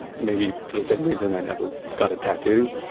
and maybe for the same reason i never got a tattoo.